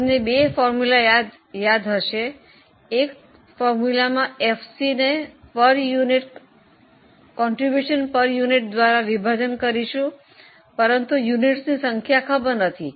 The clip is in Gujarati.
તમને 2 સૂત્રો યાદ છે એક સૂત્રમાં FC ને એકમ દીઠ ફાળા દ્વારા વિભાજન કરીશું પરંતુ એકમોની સંખ્યા ખબર નથી